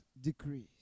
decrease